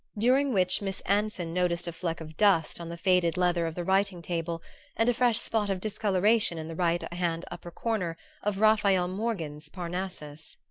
during which miss anson noticed a fleck of dust on the faded leather of the writing-table and a fresh spot of discoloration in the right-hand upper corner of raphael morghen's parnassus.